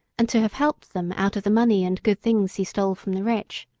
and to have helped them out of the money and good things he stole from the rich.